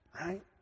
right